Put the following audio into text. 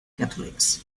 catholics